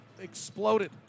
exploded